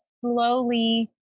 slowly